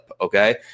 okay